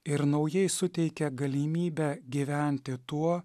ir naujai suteikia galimybę gyventi tuo